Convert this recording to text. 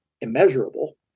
immeasurable